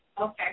Okay